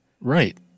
Right